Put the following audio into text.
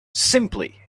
simply